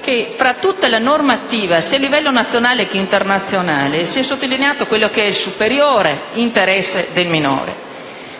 che nella normativa, sia a livello nazionale che internazionale, viene sottolineato il superiore interesse del minore